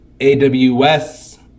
AWS